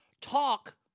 talk